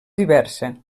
diversa